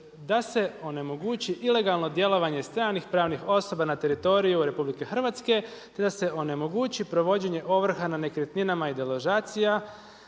„da se onemogući ilegalno djelovanje stranih pravnih osoba na teritoriju RH, te da se onemogući provođenje ovrha na nekretninama i deložacija